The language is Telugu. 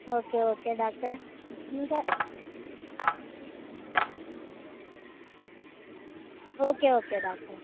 ఓకే ఓకే డాక్టర్ ఇంకా ఓకే ఓకే డాక్టర్